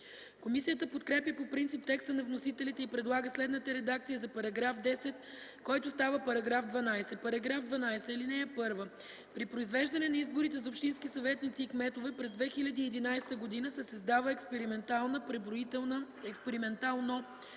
Комисията подкрепя по принцип текста на вносителите и предлага следната редакция за § 10, който става § 12: „§ 12 ал. (1) При произвеждане на изборите за общински съветници и кметове през 2011 г. се създава експериментално преброителна комисия, която